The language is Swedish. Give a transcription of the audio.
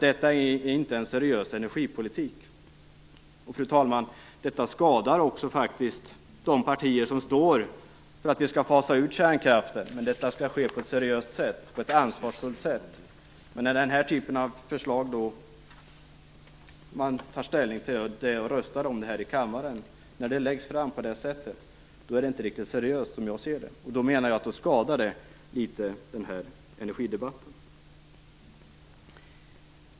Detta är inte en seriös energipolitik. Fru talman! Detta skadar faktiskt också de partier som står för att vi skall fasa ut kärnkraften, men tycker att det skall ske på ett seriöst och ansvarsfullt sätt. Man tar ställning till det och röstar om det här i kammaren. Men när denna typ av förslag läggs fram på detta sätt är det inte riktigt seriöst, som jag ser det. Jag menar att det skadar energidebatten litet grand.